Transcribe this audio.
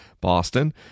Boston